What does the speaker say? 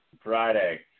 Friday